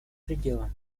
предела